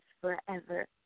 forever